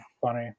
funny